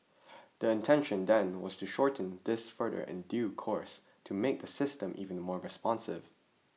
the intention then was to shorten this further in due course to make the system even more responsive